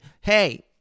hey